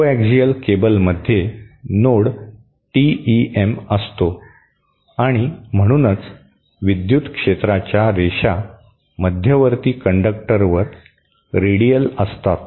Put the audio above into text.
को ऍक्सियल केबलमध्ये mode TEM असतो आणि म्हणूनच विद्युत क्षेत्राच्या रेषा मध्यवर्ती कंडक्टरवर रेडियल असतात